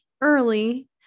early